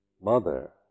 mother